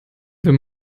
wenn